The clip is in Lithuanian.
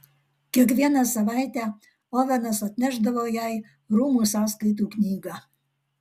kiekvieną savaitę ovenas atnešdavo jai rūmų sąskaitų knygą